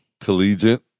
collegiate